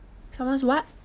someone's what